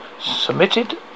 submitted